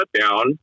shutdown